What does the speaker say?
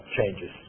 changes